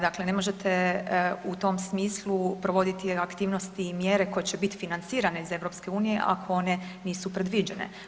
Dakle, ne možete u tom smislu provoditi aktivnosti i mjere koje će biti financirane iz EU ako one nisu predviđene.